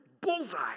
bullseye